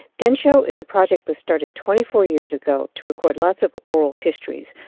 densho is a project that started twenty four years ago to record lots of oral histories,